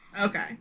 Okay